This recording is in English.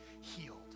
healed